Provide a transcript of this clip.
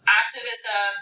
activism